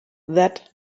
that